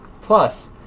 Plus